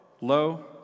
low